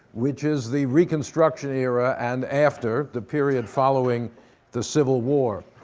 which is the reconstruction era and after, the period following the civil war.